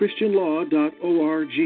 christianlaw.org